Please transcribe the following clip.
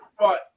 Right